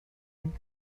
and